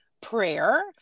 prayer